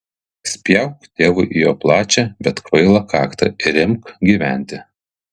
spjauk tėvui į jo plačią bet kvailą kaktą ir imk gyventi